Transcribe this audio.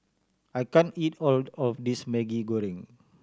I can't eat all of this Maggi Goreng